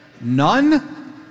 none